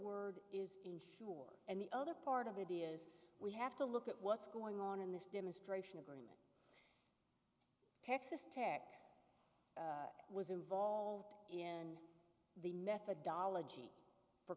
word is insure and the other part of it is we have to look at what's going on in this demonstration agreement texas tech was involved in the methodology for